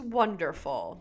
wonderful